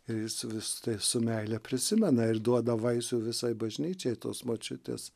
ir jis vis tai su meile prisimena ir duoda vaisių visai bažnyčiai tos močiutės